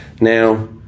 Now